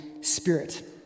Spirit